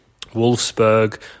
Wolfsburg